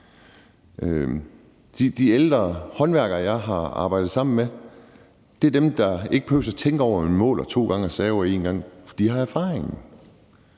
De ældre håndværkere, jeg har arbejdet sammen med, er dem, der ikke behøver at tænke over det og måler to gange og saver en gang, for de har erfaringen.